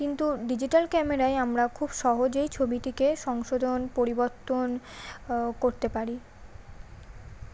কিন্তু ডিজিটাল ক্যামেরায় আমরা খুব সহজেই ছবিটিকে সংশোধন পরিবর্তন করতে পারি